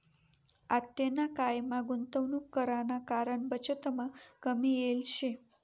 आतेना कायमा गुंतवणूक कराना कारण बचतमा कमी येल शे